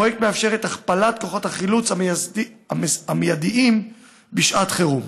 הפרויקט מאפשר את הכפלת כוחות החילוץ המיידיים בשעת חירום.